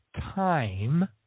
time